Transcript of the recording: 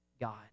God